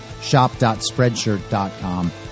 Shop.Spreadshirt.com